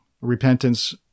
repentance